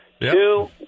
two